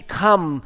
come